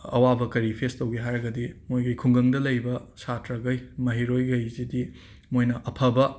ꯑꯋꯥꯕ ꯀꯔꯤ ꯐꯦꯁ ꯇꯧꯒꯦ ꯍꯥꯏꯔꯒꯗꯤ ꯃꯣꯏꯒꯤ ꯈꯨꯡꯒꯪꯗ ꯂꯩꯕ ꯁꯥꯇ꯭ꯔꯒꯩ ꯃꯍꯩꯔꯣꯏꯒꯩꯁꯤꯗꯤ ꯃꯣꯏꯅ ꯑꯐꯕ